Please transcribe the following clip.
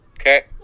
Okay